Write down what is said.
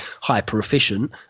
hyper-efficient